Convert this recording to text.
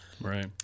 right